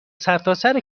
سرتاسر